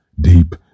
deep